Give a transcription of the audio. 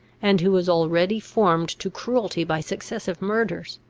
and who was already formed to cruelty by successive murders.